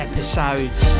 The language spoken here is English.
Episodes